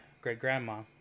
great-grandma